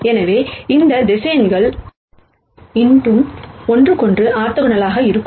எனவே இந்த வெக்டர் இன்னும் ஒன்றுக்கொன்று ஆர்த்தோகனலாக இருக்கும்